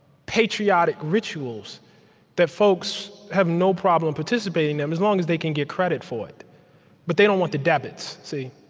patriotic rituals that folks have no problem participating in, as long as they can get credit for it but they don't want the debits, see